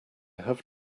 have